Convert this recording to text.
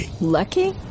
Lucky